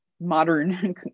modern